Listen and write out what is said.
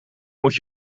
moet